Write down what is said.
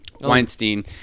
Weinstein